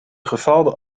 gefaalde